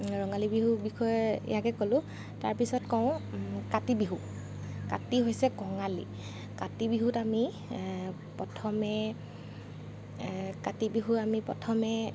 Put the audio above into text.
ৰঙালী বিহুৰ বিষয়ে ইয়াকে কলোঁ তাৰ পিছত কওঁ কাতি বিহু কাতি হৈছে কঙালী কাতি বিহুত আমি প্ৰথমে কাতি বিহুত আমি প্ৰথমে